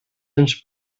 ens